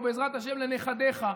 ובעזרת השם לנכדיך,